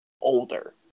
older